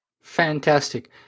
Fantastic